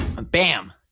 bam